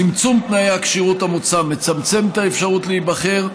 צמצום תנאי הכשירות המוצע מצמצם את האפשרות להיבחר,